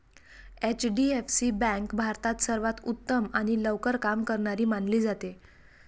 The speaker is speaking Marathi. एच.डी.एफ.सी बँक भारतात सर्वांत उत्तम आणि लवकर काम करणारी मानली जाते